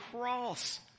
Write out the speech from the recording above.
cross